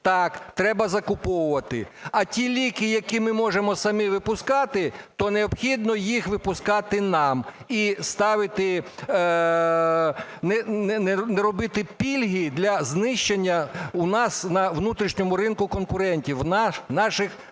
так, треба закуповувати, а ті ліки, які ми можемо самі випускати, то необхідно їх випускати нам, і ставити… не робити пільги для знищення у нас на внутрішньому ринку конкурентів наших власних.